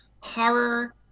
horror